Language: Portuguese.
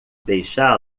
deixá